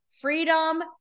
freedom